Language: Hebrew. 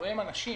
שמאחוריהן אנשים,